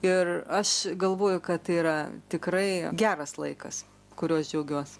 ir aš galvoju kad tai yra tikrai geras laikas kurio aš džiaugiuos